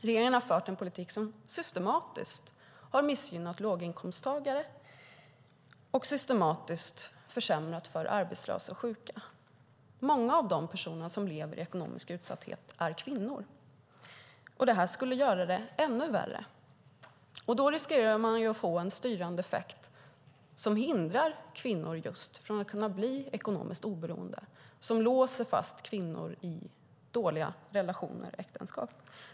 Regeringen har fört en politik som systematiskt har missgynnat låginkomsttagare och systematiskt försämrat för arbetslösa och sjuka. Många av de personer som lever i ekonomisk utsatthet är kvinnor. Detta skulle göra det ännu värre. Då riskerar man att få en styrande effekt som hindrar just kvinnor att bli ekonomiskt oberoende och som låser fast kvinnor i dåliga relationer och äktenskap.